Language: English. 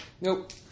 Nope